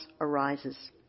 arises